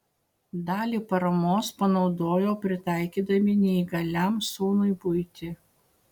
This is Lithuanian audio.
dalį paramos panaudojo pritaikydami neįgaliam sūnui buitį